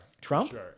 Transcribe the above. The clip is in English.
Trump